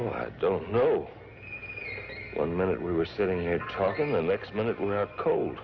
but i don't know one minute we were sitting here talking the next minute cold